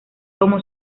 como